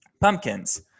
Pumpkins